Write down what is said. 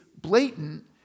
blatant